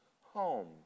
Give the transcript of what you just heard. home